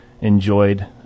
enjoyed